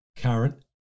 current